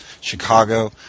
Chicago